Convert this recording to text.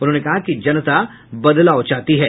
उन्होंने कहा कि जनता बदलाव चाहती है